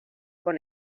con